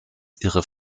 ihre